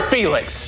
Felix